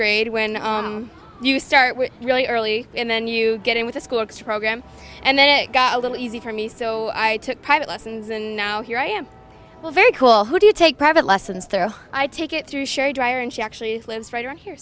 grade when you start really early and then you get in with a school extra gram and then it got a little easy for me so i took private lessons and now here i am very cool who do you take private lessons there i take it through sherry dryer and she actually lives right around here